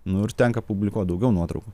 nu ir tenka publikuot daugiau nuotraukų